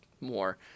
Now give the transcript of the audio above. more